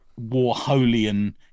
Warholian